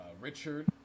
Richard